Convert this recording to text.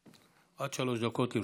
עד שלוש דקות לרשותך.